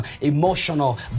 emotional